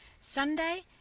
Sunday